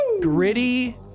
Gritty